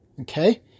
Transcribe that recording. Okay